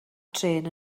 trên